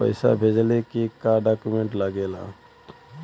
पैसा भेजला के का डॉक्यूमेंट लागेला?